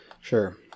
sure